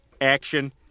Action